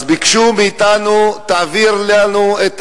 ביקשו מאתנו תעביר לנו את